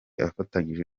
afatanyije